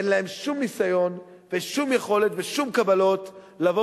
אין להם שום ניסיון ושום יכולת ושום קבלות לומר